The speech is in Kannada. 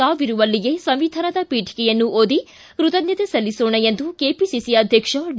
ತಾವಿರುವಲ್ಲಿಯೇ ಸಂವಿಧಾನದ ಪೀಠಿಕಯನ್ನು ಓದಿ ಕೃತಜ್ಞತೆ ಸಲ್ಲಿಸೋಣ ಎಂದು ಕೆಪಿಸಿಸಿ ಅಧ್ಯಕ್ಷ ಡಿ